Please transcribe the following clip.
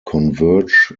converge